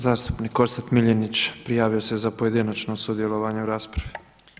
Zastupnik Orsat Miljenić, prijavio se za pojedinačno sudjelovanje u raspravi.